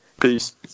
Peace